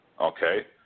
Okay